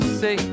say